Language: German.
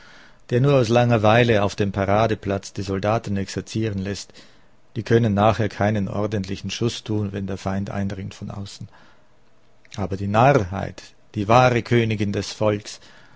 der nur aus langerweile auf dem paradeplatz die soldaten exerzieren läßt die können nachher keinen ordentlichen schuß tun wenn der feind eindringt von außen aber die narrheit die wahre königin des volks